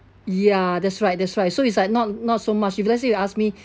ya that's right that's right so it's like not not so much if let's say you ask me